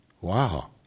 Wow